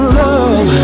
love